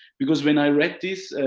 because when i read this,